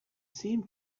seemed